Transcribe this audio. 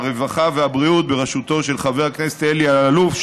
הרווחה והבריאות בראשותו של חבר הכנסת אלי אלאלוף,